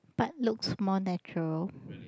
but looks more natural